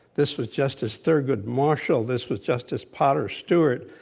this was justice thurgood marshall, this was justice potter stewart,